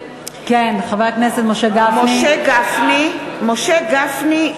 (קוראת בשמות חברי הכנסת) משה גפני, בעד